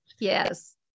Yes